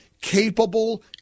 capable